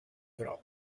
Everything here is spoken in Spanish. bros